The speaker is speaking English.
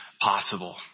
possible